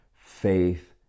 Faith